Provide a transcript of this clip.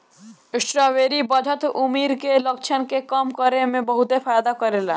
strawberry बढ़त उमिर के लक्षण के कम करे में बहुते फायदा करेला